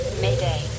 Mayday